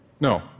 No